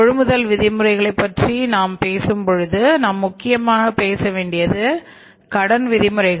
கொள்முதல் விதிமுறைகளை பற்றி நாம் பேசும் பொழுது நாம் முக்கியமாக பேச வேண்டியது கடன் விதிமுறைகள்